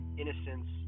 innocence